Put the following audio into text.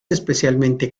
especialmente